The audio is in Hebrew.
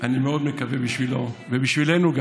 אני מאוד מקווה בשבילו, וגם בשבילנו,